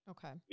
Okay